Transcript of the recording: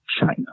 China